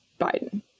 Biden